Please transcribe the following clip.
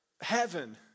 heaven